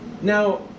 Now